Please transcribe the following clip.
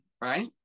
right